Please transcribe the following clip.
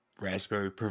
Raspberry